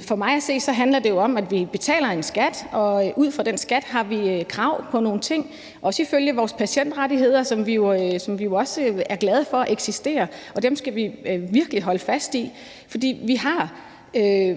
For mig at se handler det om, at vi betaler en skat, og ud fra den skat har vi krav på nogle ting, også ifølge vores patientrettigheder, som vi jo også er glade for eksisterer. Dem skal vi virkelig holde fast i. For